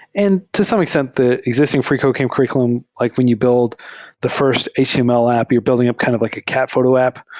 and to some extent, the exis ting freecodecamp curr iculum, like when you build the first html app, you're building up kind of like a can photo app.